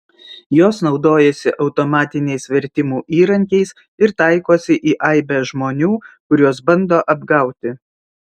jos naudojasi automatiniais vertimų įrankiais ir taikosi į aibę žmonių kuriuos bando apgauti